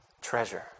treasure